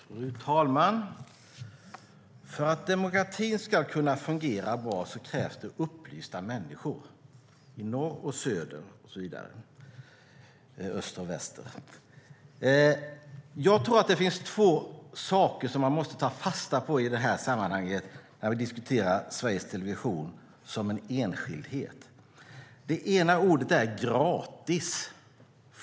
Fru talman! För att demokratin ska kunna fungera bra krävs det upplysta människor i norr och söder och i öster och väster. Jag tror att det är två ord som vi måste ta fasta på när vi diskuterar Sveriges Television som en enskildhet. Det ena ordet är "gratis".